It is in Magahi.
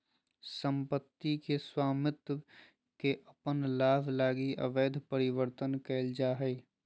सम्पत्ति के स्वामित्व के अपन लाभ लगी अवैध परिवर्तन कइल जा हइ